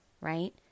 right